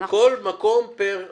כל מקום פר עצמו,